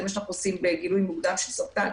זה מה שאנחנו עושים בגילוי מוקדם של סרטן